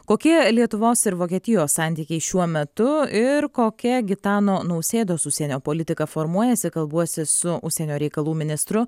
kokie lietuvos ir vokietijos santykiai šiuo metu ir kokia gitano nausėdos užsienio politika formuojasi kalbuosi su užsienio reikalų ministru